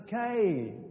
okay